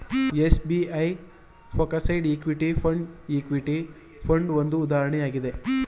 SBI focused equity fund, equity fund ಒಂದು ಉದಾಹರಣೆ ಆಗಿದೆ